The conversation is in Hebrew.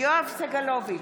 יואב סגלוביץ'